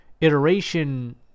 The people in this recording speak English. iteration